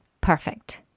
Perfect